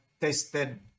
tested